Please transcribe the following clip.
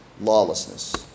lawlessness